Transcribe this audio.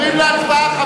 להצבעה.